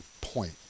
point